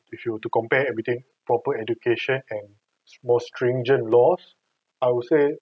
if you were to compare between proper education and more stringent laws I would say